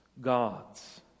gods